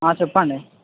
చెప్పండి